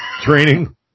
training